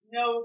no